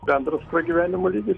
bendras pragyvenimo lygis